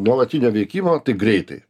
nuolatinio veikimo tai greitai